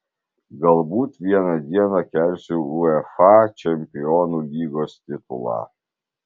galbūt vieną dieną kelsiu uefa čempionių lygos titulą